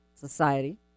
society